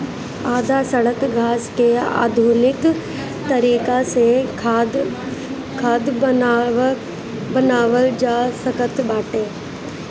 आधा सड़ल घास के आधुनिक तरीका से खाद बनावल जा सकत बाटे